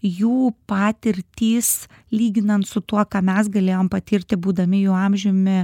jų patirtys lyginant su tuo ką mes galėjom patirti būdami jų amžiumi